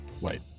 Wait